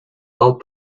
all